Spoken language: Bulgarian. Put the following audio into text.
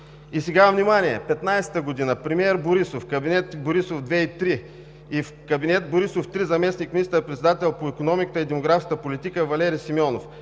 И сега внимание, 2015 г. – премиер Борисов, кабинети Борисов 2 и 3. В кабинет Борисов 3 заместник министър-председател по икономиката и демографската политика е Валери Симеонов.